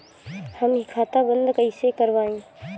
हम इ खाता बंद कइसे करवाई?